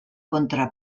contra